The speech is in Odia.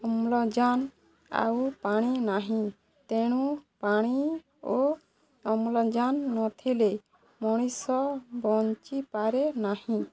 ଅମ୍ଳଜାନ ଆଉ ପାଣି ନାହିଁ ତେଣୁ ପାଣି ଓ ଅମ୍ଳଜାନ ନଥିଲେ ମଣିଷ ବଞ୍ଚିପାରେ ନାହିଁ